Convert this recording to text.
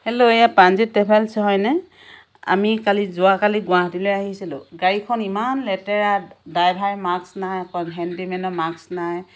hello এয়া Pranjit travels হয়নে আমি কালি যোৱাকালি গুৱাহাটীলৈ আহিছিলোঁ গাড়ীখন ইমান লেতেৰা ড্ৰাইভাৰে মাক্স নাই হেন্দিমেনও মাক্স নাই